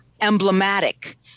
emblematic